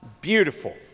beautiful